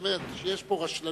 זאת אומרת, שיש פה רשלנות